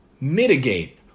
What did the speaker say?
mitigate